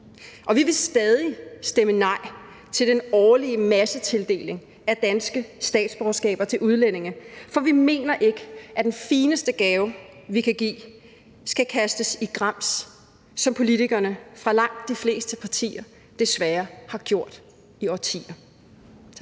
Og vi vil stadig stemme nej til den årlige massetildeling af danske statsborgerskaber til udlændinge, for vi mener ikke, at den fineste gave, vi kan give, skal kastes i grams, hvad politikerne fra langt de fleste partier desværre har gjort i årtier.